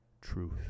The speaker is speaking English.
truth